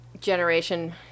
generation